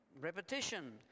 repetition